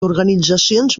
organitzacions